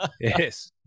Yes